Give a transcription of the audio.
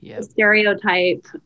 stereotype